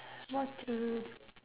what to do